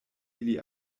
ili